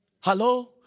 Hello